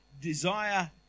desire